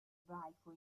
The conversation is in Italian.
ebraico